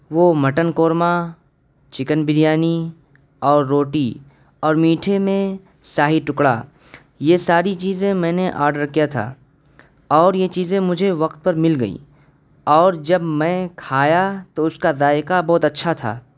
وہ mutton korma chicken biryani اور روٹی اور میٹھے میں شاہی ٹکڑا یہ ساری چیزیں میں نے آڈر کیا تھا اور یہ چیزیں مجھے وقت پر مل گئیں اور جب میں کھایا تو اس کا ذائقہ بہت اچھا تھا